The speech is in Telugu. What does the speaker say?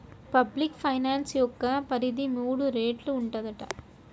పబ్లిక్ ఫైనాన్స్ యొక్క పరిధి మూడు రేట్లు ఉంటదట